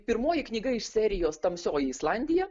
pirmoji knyga iš serijos tamsioji islandija